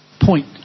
point